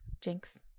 Jinx